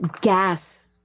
gas